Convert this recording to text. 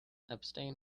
abstain